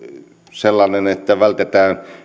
sellainen että vältetään